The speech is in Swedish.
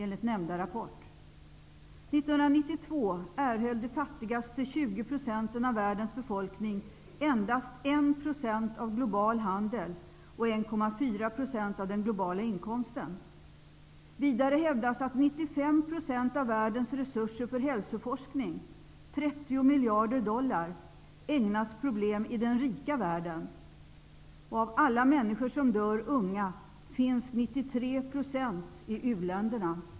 År 1992 omfattade de fattigaste 20 % av världens befolkning endast 1 % av den globala handeln och erhöll endast 1,4 % av den globala inkomsten. Vidare hävdas att 95 % av världens resurser för hälsoforskning, 30 miljarder dollar, ägnas problem i den rika världen. Av alla människor som dör unga finns 93 % i uländerna.